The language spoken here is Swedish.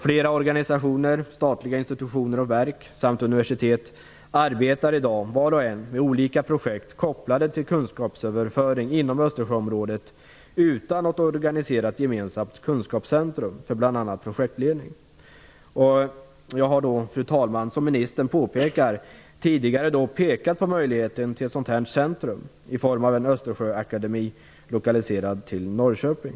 Flera organisationer, statliga institutioner och verk samt universitet arbetar i dag var och en med olika projekt kopplade till kunskapsöverföring inom Östersjöområdet utan något organiserat gemensamt kunskapscentrum för bl.a. Fru talman! Som ministern påpekar har jag tidigare pekat på möjligheten till ett sådant centrum i form av en Östersjöakademi lokaliserad till Norrköping.